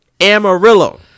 Amarillo